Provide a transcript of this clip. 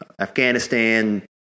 Afghanistan